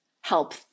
help